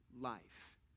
life